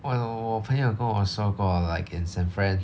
w~ 我朋友跟我说过 like in san fran